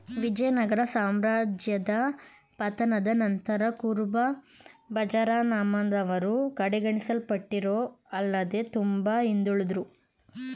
ವಿಜಯನಗರ ಸಾಮ್ರಾಜ್ಯದ ಪತನದ ನಂತರ ಕುರುಬಜನಾಂಗದವರು ಕಡೆಗಣಿಸಲ್ಪಟ್ಟರು ಆಲ್ಲದೆ ತುಂಬಾ ಹಿಂದುಳುದ್ರು